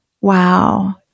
Wow